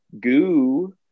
goo